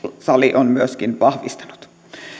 sali on myöskin vahvistanut